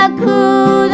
cool